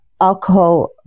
alcohol